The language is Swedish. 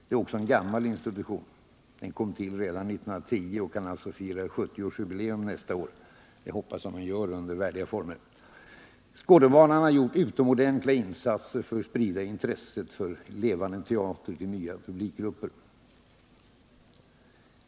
Den är också en gammal institution — den kom till redan 1910 och kan alltså fira 70-årsjubileum nästa år, och det hoppas jag att den gör under värdiga former. Skådebanan har gjort utomordentliga insatser för att sprida intresset för levande teater till nya publikgrupper.